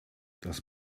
das